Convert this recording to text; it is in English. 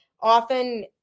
often